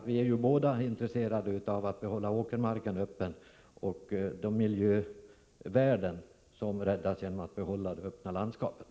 Vi är ju rm båda intresserade av att hålla åkermarken öppen och av de miljövärden som räddas genom att behålla det öppna landskapet.